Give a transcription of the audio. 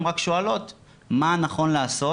הן רק שואלות 'מה נכון לעשות,